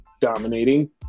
dominating